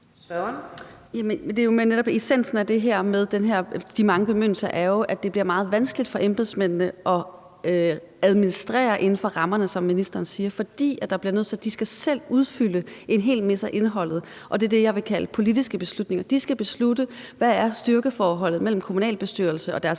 Det er jo netop essensen af det her med de mange bemyndigelser, at det bliver meget vanskeligt for embedsmændene at administrere inden for rammerne, som ministeren siger, fordi de selv skal udfylde en hel masse af indholdet. Det er det, jeg vil kalde politiske beslutninger. De skal beslutte, hvad styrkeforhold mellem kommunalbestyrelsen og deres